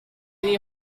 ini